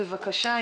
בבקשה,